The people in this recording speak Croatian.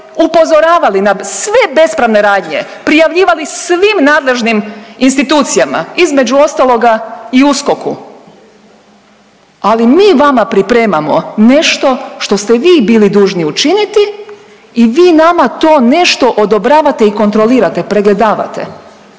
upozoravali na sve bespravne radnje, prijavljivali svim nadležnim institucijama, između ostaloga i USKOK-u, ali mi vama pripremamo nešto što ste vi bili dužni učiniti i vi nama to nešto odobravate i kontrolirate i pregledavate,